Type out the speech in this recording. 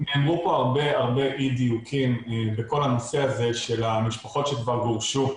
נאמרו הרבה הרבה אי דיוקים בכל הנושא הזה של המשפחות שכבר גורשו.